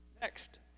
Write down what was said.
Next